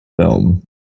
film